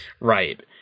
Right